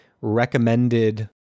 Recommended